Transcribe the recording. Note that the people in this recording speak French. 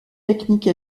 technique